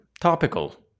Topical